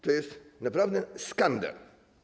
To jest naprawdę skandal.